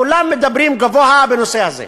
כולם מדברים גבוה בנושא הזה.